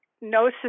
no